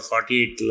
48